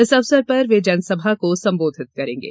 इस अवसर पर वे जनसभा को संबोधित करेंगे